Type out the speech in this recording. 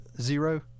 Zero